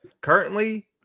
Currently